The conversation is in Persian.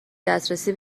دسترسی